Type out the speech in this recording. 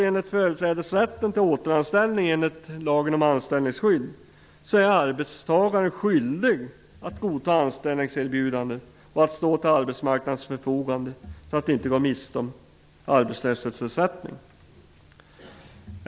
Enligt företrädesrätten till återanställning enligt lagen om anställningsskydd är arbetstagare skyldig att godta anställningserbjudande och att stå till arbetsmarknadens förfogande, för att inte gå miste om arbetslöshetsersättning.